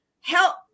help